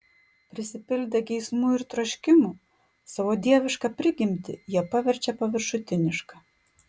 prisipildę geismų ir troškimų savo dievišką prigimtį jie paverčia paviršutiniška